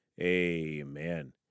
amen